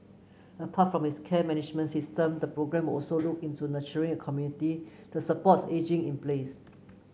apart from its care management system the programme will also look into nurturing a community that supports ageing in place